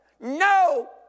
no